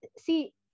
see